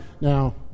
Now